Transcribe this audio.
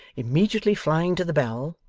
immediately flying to the bell,